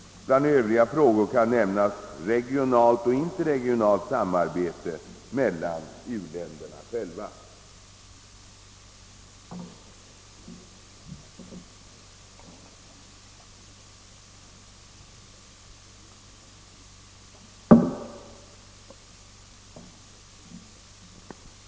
Bland övriga frågor kan nämnas regionalt och interregionalt samarbete mellan u-länderna själva.